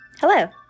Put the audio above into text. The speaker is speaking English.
Hello